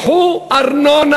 קחו ארנונה,